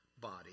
body